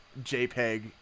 JPEG